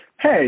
Hey